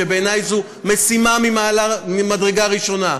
שבעיני זו משימה ממדרגה ראשונה,